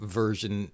version